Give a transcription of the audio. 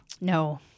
No